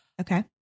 Okay